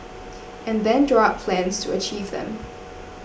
and then draw up plans to achieve them